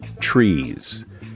trees